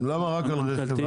למה רק על רכב?